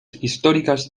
históricas